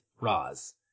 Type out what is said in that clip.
Roz